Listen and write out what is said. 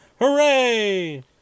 Hooray